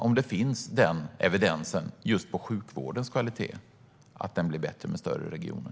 Finns det en sådan evidens för sjukvårdens kvalitet, det vill säga att den blir bättre med större regioner?